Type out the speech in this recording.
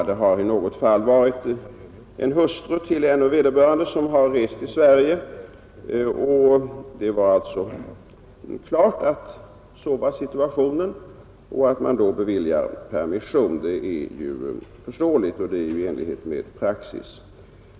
Det har i något fall varit så att en hustru till vederbörande har rest till Sverige, och i en sådan situation är det fullt i enlighet med praxis att permission beviljas.